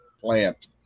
plant